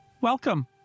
welcome